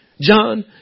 John